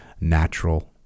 natural